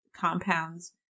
compounds